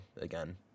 again